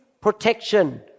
protection